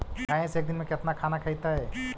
भैंस एक दिन में केतना खाना खैतई?